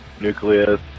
nucleus